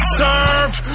served